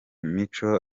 micho